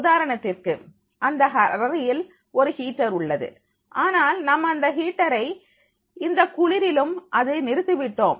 உதாரணத்திற்கு இந்த அறையில் ஒரு ஹீட்டர் உள்ளது ஆனால் நாம் அந்த ஹீட்டரை இந்தக் குளிரிலும் அதை நிறுத்தி விட்டோம்